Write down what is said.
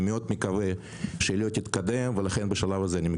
אני מקווה מאוד שהיא לא תתקדם.